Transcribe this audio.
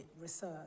research